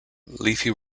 leafy